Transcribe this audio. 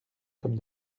comme